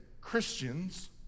Christians